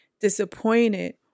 disappointed